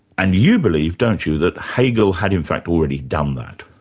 and you believe, don't you, that hegel had in fact already done that?